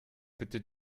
bitte